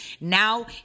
Now